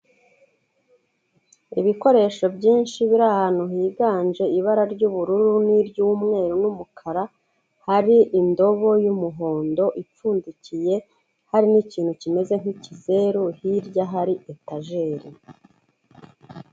Ibikoresho byinshi biri ahantu higanje ibara ry'ubururu n'iry'umweru n'umukara, hari indobo y'umuhondo ipfundikiye, hari n'ikintu kimeze nk'ikizeru hirya hari etajeri.